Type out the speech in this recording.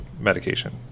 medication